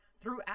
throughout